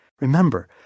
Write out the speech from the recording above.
Remember